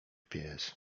pies